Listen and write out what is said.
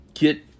get